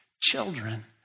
children